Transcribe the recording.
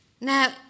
Now